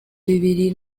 bibiri